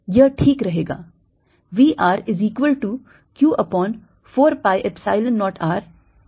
यह ठीक रहेगा